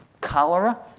Cholera